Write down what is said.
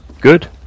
good